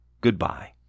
goodbye